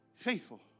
Faithful